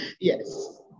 yes